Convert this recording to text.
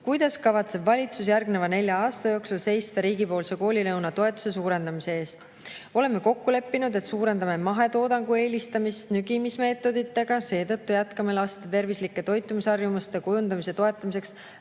kuidas kavatseb valitsus järgneva nelja aasta jooksul seista riigipoolse koolilõuna toetuse suurendamise eest? Oleme kokku leppinud, et suurendame mahetoodangu eelistamist nügimismeetoditega. Seetõttu jätkame laste tervislike toitumisharjumuste kujundamise toetamiseks